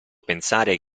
pensare